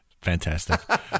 fantastic